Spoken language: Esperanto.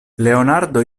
leonardo